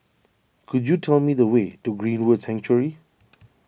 could you tell me the way to Greenwood Sanctuary